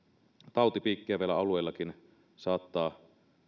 tautipiikkejä vielä alueillakin saattaa